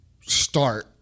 start